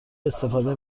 استفاده